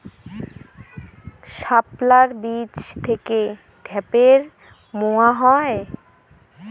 শাপলার বীজ থেকে ঢ্যাপের মোয়া হয়?